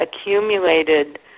accumulated